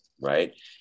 right